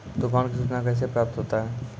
तुफान की सुचना कैसे प्राप्त होता हैं?